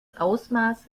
ausmaß